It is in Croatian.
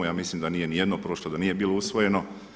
Ja mislim da nije ni jedno prošlo, da nije bilo usvojeno.